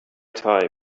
time